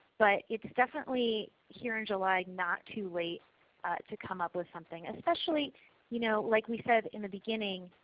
but it's definitely here in july not too late to come up with something, especially you know like we said in the beginning,